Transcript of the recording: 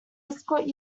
escort